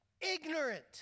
ignorant